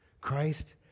Christ